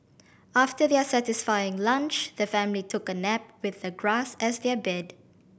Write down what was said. after their satisfying lunch the family took a nap with the grass as their bed